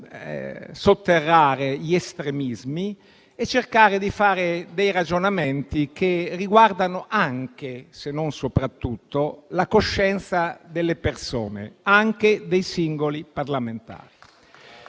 estremismi e si dovrebbe cercare di fare dei ragionamenti che riguardano anche, se non soprattutto, la coscienza delle persone, anche dei singoli parlamentari.